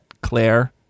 Claire